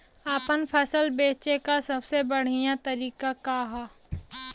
आपन फसल बेचे क सबसे सही तरीका का ह?